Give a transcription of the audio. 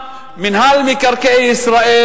מינהל מקרקעי ישראל,